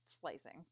slicing